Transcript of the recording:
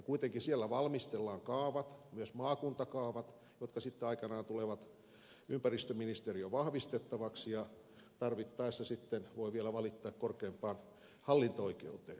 kuitenkin siellä valmistellaan kaavat myös maakuntakaavat jotka sitten aikanaan tulevat ympäristöministeriöön vahvistettaviksi ja tarvittaessa sitten voi vielä valittaa korkeimpaan hallinto oikeuteen